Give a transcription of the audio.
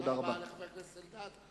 תודה רבה, חבר הכנסת אלדד.